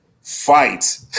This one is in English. fight